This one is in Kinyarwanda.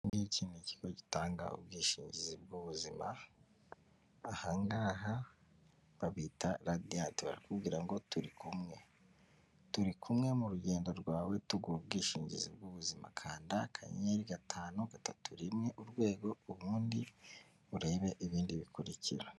Iki ni kigo gitanga ubwishingizi bw'ubuzima; ahangaha babita RADIANT; barakubwira ngo turikumwe. Turi kumwe mu gendo rwawe tugura ubwishingizi bw'ubuzima; kanda ayenyeri gatanu, gatatu, rimwe, urwego; ubundi urebe ibindi bikurikira.